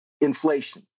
inflation